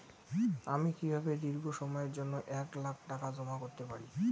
আমি কিভাবে দীর্ঘ সময়ের জন্য এক লাখ টাকা জমা করতে পারি?